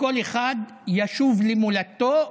שכל אחד ישוב למולדתו,